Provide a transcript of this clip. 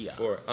four